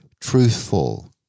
truthful